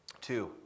Two